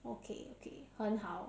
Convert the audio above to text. okay okay 很好